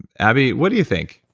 abby, what do you think?